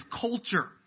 culture